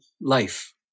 life